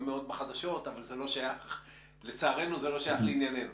בחדשות אבל לצערנו זה לא שייך לענייננ ו.